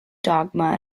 dogma